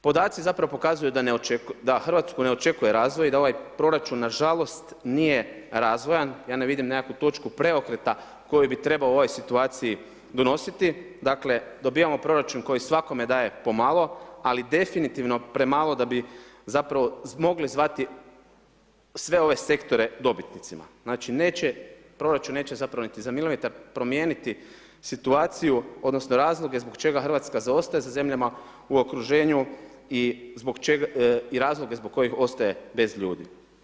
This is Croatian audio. Podaci zapravo pokazuju da ne očekujemo, da Hrvatsku ne očekuje razvoj i da ovaj proračun nažalost nije razvojan, ja ne vidim nekakvu točku preokreta koji bi trebao ovoj situaciji donositi, dakle, dobivamo proračun koji svakome daje po malo, ali definitivno premalo da bi zapravo mogli zvati sve ove sektore dobitnicima, znači, neće, proračun neće zapravo niti za milimetar promijeniti situaciju odnosno razloge zbog čega Hrvatska zaostaje za zemljama u okruženju i zbog čega, i razloge zbog kojih ostaje bez ljudi.